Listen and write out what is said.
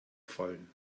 fallen